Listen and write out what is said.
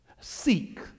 Seek